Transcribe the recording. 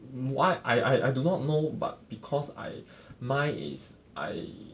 why I I I do not know but because I mine is I